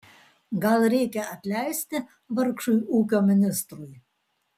gal reikia atleisti vargšui ūkio ministrui